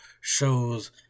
shows